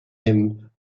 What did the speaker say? him